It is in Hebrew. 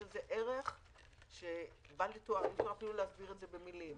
יש לזה ערך שקשה אפילו להסביר אותו במלים.